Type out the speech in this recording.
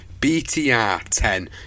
BTR10